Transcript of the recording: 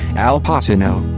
al pacino,